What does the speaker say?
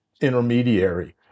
intermediary